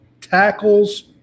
tackles